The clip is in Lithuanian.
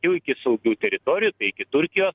jau iki saugių teritorijų tai iki turkijos